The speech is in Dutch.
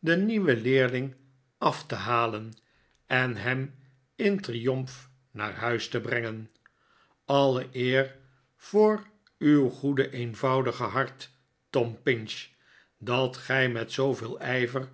den nieuwen leerling af te halen en hem in triomf naar huis te brengen alle eer voor uw goede eenvoudige hart tom pinch dat gij met zooveel ijver